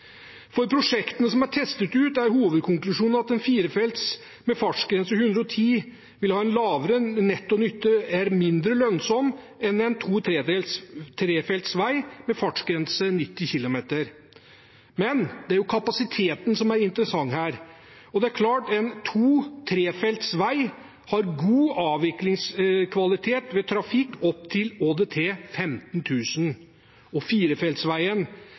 For prosjektene som er testet ut, er hovedkonklusjonen at en firefelts motorvei med fartsgrense på 110 km/t vil ha en lavere netto nytte – være mindre lønnsom – enn en to-/trefeltsvei med fartsgrense på 90 km/t. Men det er kapasiteten som er interessant her. Det er klart at to-/trefeltsvei har god avviklingskvalitet ved trafikk opp til ÅDT 15 000. Firefeltsveien har god avvikling opp til